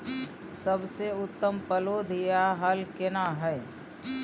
सबसे उत्तम पलौघ या हल केना हय?